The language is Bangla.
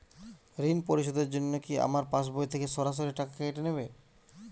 ঋণ পরিশোধের জন্য কি আমার পাশবই থেকে সরাসরি টাকা কেটে নেবে?